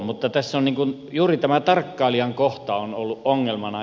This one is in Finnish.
mutta tässä on juuri tämä tarkkailijan kohta ollut ongelmana